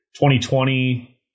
2020